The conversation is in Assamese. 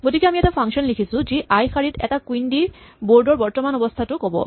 গতিকে আমি এটা ফাংচন লিখিছো যি আই শাৰীত এটা কুইন দি বৰ্ড ৰ বৰ্তমানৰ অৱস্হাটো ক'ব